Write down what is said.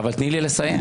אבל תני לי לסיים.